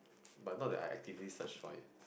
but not that I actively search for it